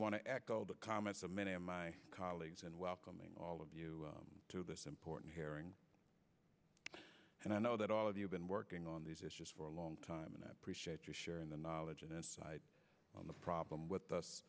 want to echo the comments of many of my colleagues and welcoming all of you to this important hearing and i know that all of you been working on these issues for a long time and i appreciate you sharing the knowledge of the problem with us